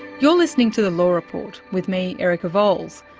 you're listening to the law report, with me, erica vowles,